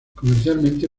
comercialmente